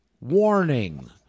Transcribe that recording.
warning